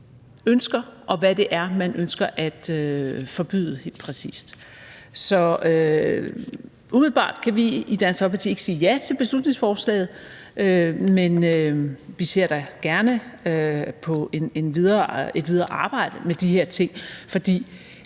ønsker, og hvad det er, man helt præcis ønsker at forbyde. Så umiddelbart kan vi i Dansk Folkeparti ikke sige ja til beslutningsforslaget. Men vi ser da gerne på et videre arbejde med de her ting, for